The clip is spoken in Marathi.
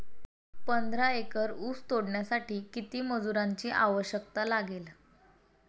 पंधरा एकर ऊस तोडण्यासाठी किती मजुरांची आवश्यकता लागेल?